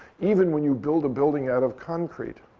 even when you build a building out of concrete,